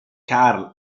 carl